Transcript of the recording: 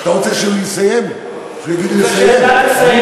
חבר הכנסת